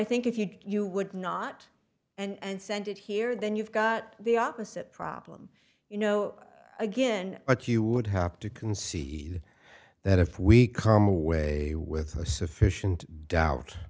i think if you you would not and send it here then you've got the opposite problem you know again but you would have to concede that if we comma way with sufficient doubt